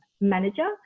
manager